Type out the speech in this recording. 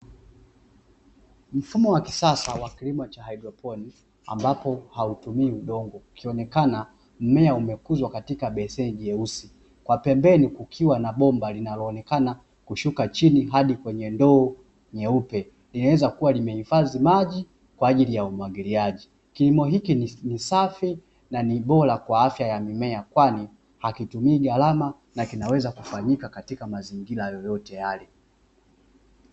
Mfumo wa kisasa wa kilimo cha haidroponi, ambapo hautumii udongo. Kikionekana mmea umekuzwa katika beseni jeusi, kwa pembeni kukiwa na bomba linaloonekana kushuka chini hadi kwenye ndoo nyeupe. Linaweza kuwa limehifadhi maji kwa ajili ya umwagiliaji; kilimo hiki ni safi, na ni bora kwa afya ya mimea kwani: hakitumii gharama na kinaweza kufanyika katika mazingira yoyote yale.